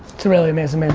it's really amazing, man,